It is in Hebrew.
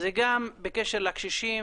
זה גם בקשר לקשישים,